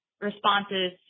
responses